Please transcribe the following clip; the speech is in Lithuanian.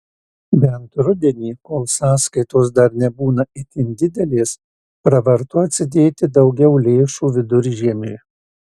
bent rudenį kol sąskaitos dar nebūna itin didelės pravartu atsidėti daugiau lėšų viduržiemiui